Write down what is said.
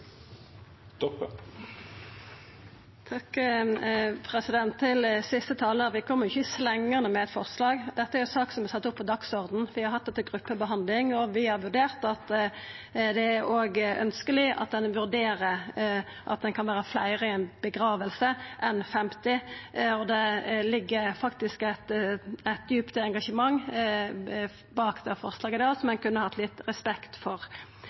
Til siste talar: Vi kom ikkje «slengende» med eit forslag. Dette er ei sak som var sett opp på dagsordenen. Vi har hatt det til gruppebehandling, og vi har vurdert at det òg er ønskjeleg at ein vurderer om ein kan vera fleire enn 50 i ei gravferd. Det ligg faktisk eit djupt engasjement bak dette forslaget, som ein kunne hatt litt respekt for.